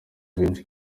benshi